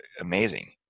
amazing